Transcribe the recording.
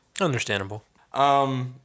Understandable